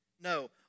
No